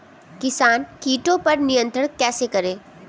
किसान कीटो पर नियंत्रण कैसे करें?